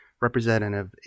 representative